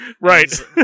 Right